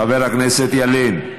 חבר הכנסת ילין,